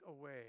away